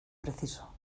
preciso